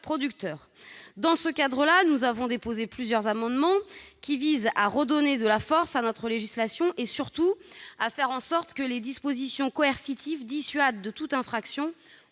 producteurs. Dans ce cadre, nous avons déposé plusieurs amendements, qui visent à redonner de la force à notre législation et, surtout, à faire en sorte que les dispositions coercitives dissuadent de toute infraction